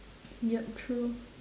yup true